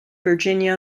virginia